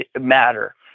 matter